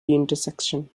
intersection